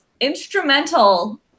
instrumental